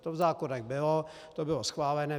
To v zákonech bylo, to bylo schválené.